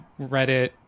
Reddit